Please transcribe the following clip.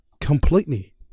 completely